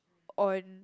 on